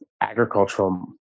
agricultural